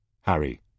Harry